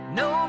no